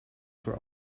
voor